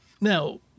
now